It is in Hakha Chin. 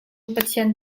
pathian